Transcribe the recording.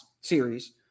series